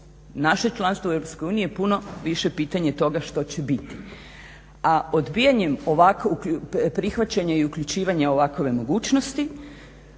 naše članstvo u Europskoj uniji je puno više pitanje toga što će biti, a odbijanje prihvaćanje i uključivanjem ovakve mogućnosti